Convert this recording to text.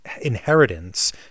inheritance